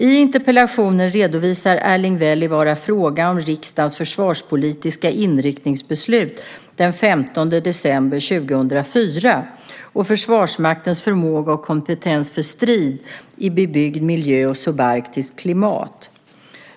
I interpellationen redovisar Erling Wälivaara frågan om riksdagens försvarspolitiska inriktningsbeslut den 15 december 2004 och Försvarsmaktens förmåga och kompetens för strid i bebyggd miljö och subarktiskt klimat.